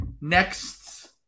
Next